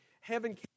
Heaven